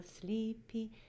sleepy